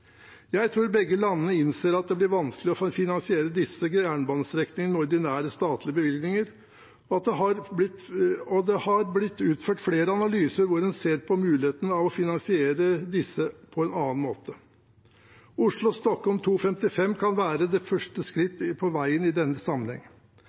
Jeg tror begge landene innser at det blir vanskelig å finansiere disse jernbanestrekningene med ordinære statlige bevilgninger, og det har blitt utført flere analyser hvor man ser på muligheten av å finansiere disse på en annen måte. Oslo–Stockholm 2.55 kan være det første